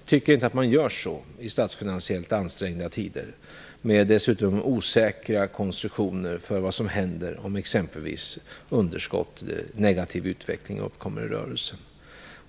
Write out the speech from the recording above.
Jag tycker inte att man gör så i statsfinansiellt ansträngda tider med dessutom osäkra konstruktioner för vad som händer om exempelvis underskott och negativ utveckling uppkommer i rörelsen.